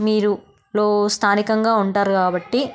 మీరు లో స్థానికంగా ఉంటారు కాబట్టి